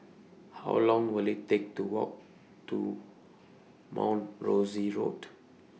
How Long Will IT Take to Walk to Mount Rosie Road